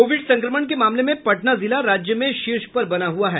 Covid संक्रमण के मामले में पटना जिला राज्य में शीर्ष पर बना हुआ है